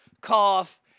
cough